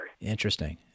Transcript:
Interesting